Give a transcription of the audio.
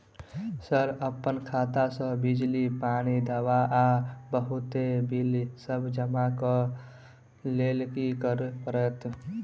Sir अप्पन खाता सऽ बिजली, पानि, दवा आ बहुते बिल सब जमा करऽ लैल की करऽ परतै?